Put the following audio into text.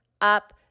up